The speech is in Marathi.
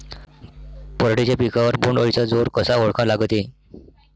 पराटीच्या पिकावर बोण्ड अळीचा जोर कसा ओळखा लागते?